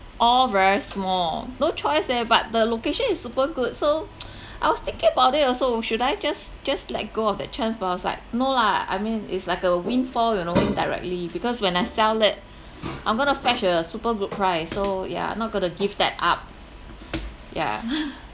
all very small no choice eh but the location is super good so I was thinking about it also should I just just let go of that chance but I was like no lah I mean it's like a windfall you know indirectly because when I sell it I'm going to fetch a super good price so yeah not going to give that up yeah